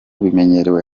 bimenyerewe